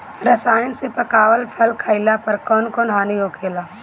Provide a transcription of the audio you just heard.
रसायन से पकावल फल खइला पर कौन हानि होखेला?